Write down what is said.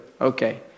Okay